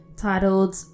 Titled